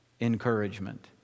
encouragement